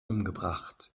umgebracht